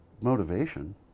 motivation